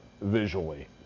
Visually